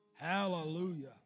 Hallelujah